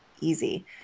easy